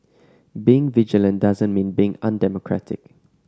being vigilant doesn't mean being undemocratic